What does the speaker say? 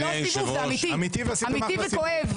זה אמיתי וכואב.